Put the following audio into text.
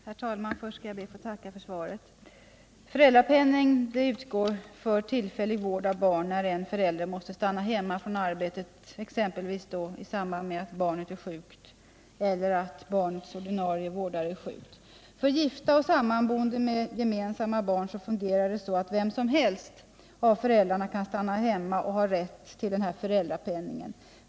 Herr talman! Först ber jag att få tacka socialministern för svaret. Föräldrapenning utgår för tillfällig vård av barn när en förälder måste stanna hemma från arbetet, exempelvis i samband med att barnet är sjukt eller därför att barnets ordinarie vårdare är sjuk. För gifta och sammanboende med gemensamma barn fungerar det så att endera av föräldrarna kan stanna hemma, med rätt till föräldrapenning.